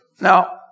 Now